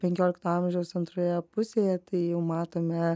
penkiolikto amžiaus antroje pusėje tai jau matome